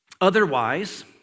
Otherwise